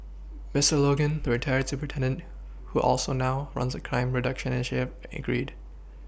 Mister Logan the retired superintendent who also now runs a crime reduction initiate agreed